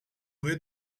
rez